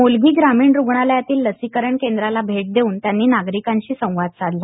मोलगी ग्रामीण रुग्णालयातील लसीकरण केंद्राला भेट देऊन त्यांनी नागरिकांशी संवाद साधला